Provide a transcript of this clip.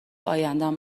ایندم